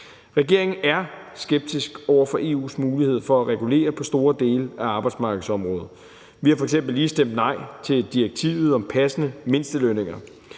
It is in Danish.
Regeringen er skeptisk over for EU's mulighed for at regulere på store dele af arbejdsmarkedsområdet. Vi har f.eks. lige stemt nej til direktivet om passende mindstelønninger.